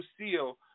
Lucille